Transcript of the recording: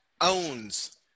owns